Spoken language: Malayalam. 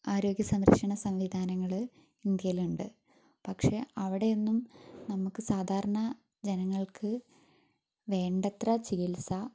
ആരോഗ്യസംരക്ഷണ സംവിധാനങ്ങള് ഇന്ത്യയിലുണ്ട് പക്ഷെ അവിടെയൊന്നും നമുക്ക് സാധാരണ ജനങ്ങൾക്ക് വേണ്ടത്ര ചികിത്സ